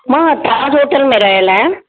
मां ताज़ होटल में रहियल आहियां